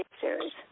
series